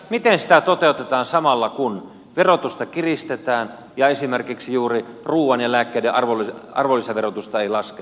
miten sitä toteutetaan samalla kun verotusta kiristetään ja esimerkiksi juuri ruuan ja lääkkeiden arvonlisäverotusta ei lasketa